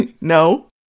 no